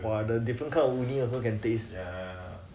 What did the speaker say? !wah! the different kind of woomi also can taste